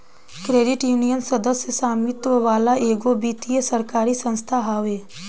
credit union, सदस्य स्वामित्व वाला एगो वित्तीय सरकारी संस्था हवे